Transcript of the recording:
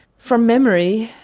from memory,